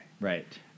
right